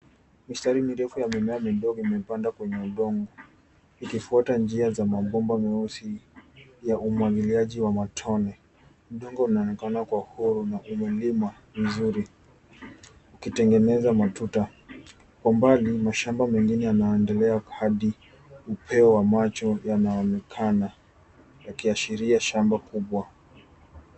Mistari mirefu ya mimea midogo imepandwa kwenye udongo ikifuata njia za mabomba meusi ya umagiliaji wa matone. Udongo unaonekana kuwa huru na umelimwa vizuri ukitengeneza matuta. Kwa mbali mashamba mengine yanaandelea hadi upeo wa macho yanaonekana yakiashiria shamba kubwa.